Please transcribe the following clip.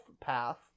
path